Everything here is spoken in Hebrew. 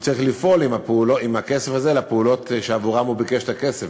הוא צריך לפעול עם הכסף הזה בפעולות שעבורן הוא ביקש את הכסף.